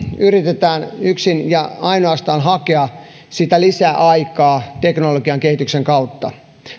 yritetään yksin ja ainoastaan hakea sitä lisäaikaa teknologian kehityksen kautta